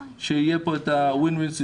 של דורשי העבודה כדי שיהיה פה את מצב ה-win-win.